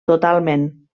totalment